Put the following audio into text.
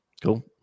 Cool